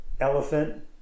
Elephant